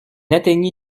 atteignit